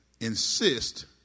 insist